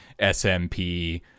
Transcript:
SMP